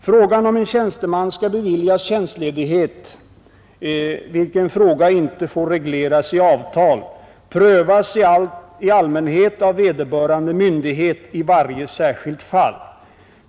Frågan om en tjänsteman skall beviljas tjänstledighet — vilken fråga inte får regleras i avtal — prövas i allmänhet av vederbörande myndighet i varje särskilt fall.